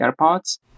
AirPods